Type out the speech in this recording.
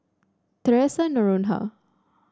Theresa Noronha